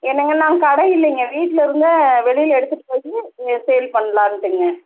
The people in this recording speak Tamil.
என்னங்க நாங்கள் கடை இல்லைங்க வீட்லிருந்து வெளியில் எடுத்துகிட்டு போய் சேல் பண்ணலான்ட்டுங்க